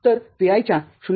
तर Vi च्या ०